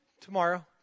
tomorrow